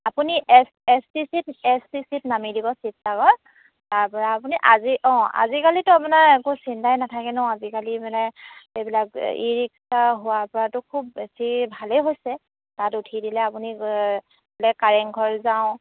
আপুনি A S T C A S T C নামি দিব শিৱসাগৰত তাৰপৰা আপুনি আজি অঁ আজিকালিতো আপোনাৰ একো চিন্তাই নাথাকে নহ্ আজিকালি মানে এইবিলাক ই ৰিক্সা হোৱাৰ পৰাতো খুব বেছি ভালেই হৈছে তাত উঠি দিলে আপুনি বোলে কাৰেংঘৰ যাওঁ